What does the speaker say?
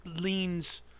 leans